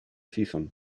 season